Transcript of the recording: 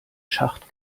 schacht